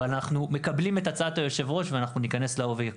אבל אנחנו מקבלים את הצעת היושב-ראש ואנחנו ניכנס לעובי הקורה.